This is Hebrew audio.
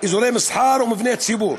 אזורי מסחר ומבני ציבור.